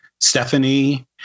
Stephanie